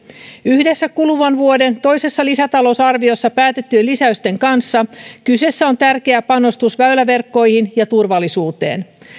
yhdessä kuluvan vuoden toisessa lisätalousarviossa päätettyjen lisäysten kanssa kyseessä on tärkeä panostus väyläverkkoihin ja turvallisuuteen